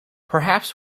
perhaps